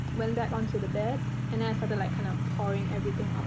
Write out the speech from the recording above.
went back onto the bed and i started like, kind of, pouring everything out.